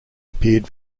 appeared